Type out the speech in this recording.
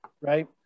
right